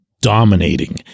dominating